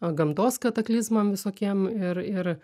gamtos kataklizmam visokiem ir ir